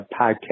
podcast